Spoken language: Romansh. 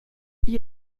igl